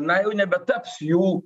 na jau nebetaps jų